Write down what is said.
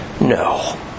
No